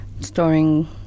storing